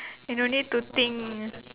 you no need to think